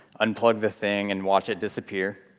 unplug the thing and watch it disappear.